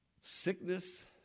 sickness